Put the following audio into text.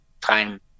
time